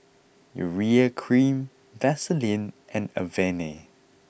Urea cream Vaselin and Avene